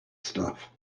stuff